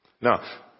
Now